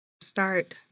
start